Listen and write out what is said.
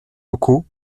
locaux